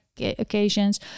occasions